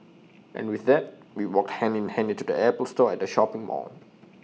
and with that we walked hand in hand into the Apple store at the shopping mall